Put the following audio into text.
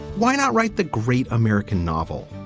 why not write the great american novel?